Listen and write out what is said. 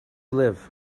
live